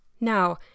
Now